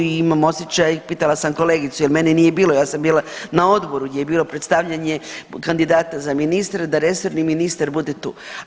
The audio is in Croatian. Imam osjećaj, pitala sam kolegicu jer mene nije bilo, ja sam bila na odboru gdje je bilo predstavljanje kandidata za ministra, da resorni ministar bude tu.